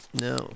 No